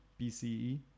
bce